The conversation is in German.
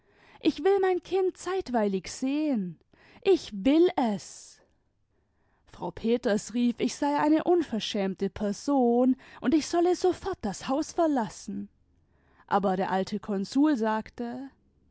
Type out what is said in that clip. ich will mein kind zeitweilig sehen ich will es frau peters rief ich sei eine unverschämte person und ich solle sofort das haus verlassen aber der alte konsul sagte